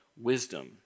wisdom